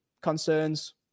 concerns